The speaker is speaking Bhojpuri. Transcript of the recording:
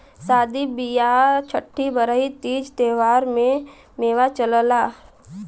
सादी बिआह छट्ठी बरही तीज त्योहारों में मेवा चलला